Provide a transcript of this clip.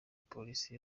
polisi